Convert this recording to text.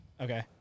okay